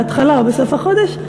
בהתחלה או בסוף החודש,